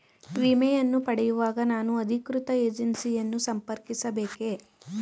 ವಿಮೆಯನ್ನು ಪಡೆಯುವಾಗ ನಾನು ಅಧಿಕೃತ ಏಜೆನ್ಸಿ ಯನ್ನು ಸಂಪರ್ಕಿಸ ಬೇಕೇ?